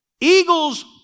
Eagles